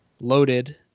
Loaded